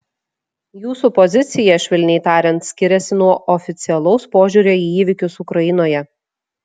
jūsų pozicija švelniai tariant skiriasi nuo oficialaus požiūrio į įvykius ukrainoje